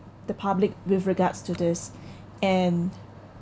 the public with regards to this and